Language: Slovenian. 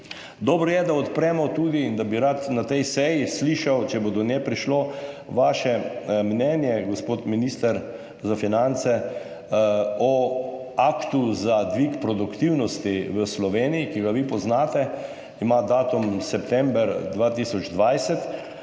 Dobro je, da odpremo tudi, in bi rad na tej seji slišal, če bo do nje prišlo, vaše mnenje, gospod minister za finance, o aktu za dvig produktivnosti v Sloveniji, ki ga vi poznate, ima datum september 2020.